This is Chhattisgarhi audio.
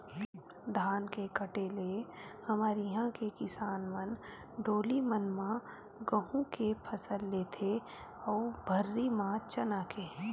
धान के कटे ले हमर इहाँ के किसान मन डोली मन म गहूँ के फसल लेथे अउ भर्री म चना के